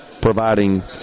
providing